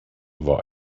war